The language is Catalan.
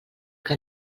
que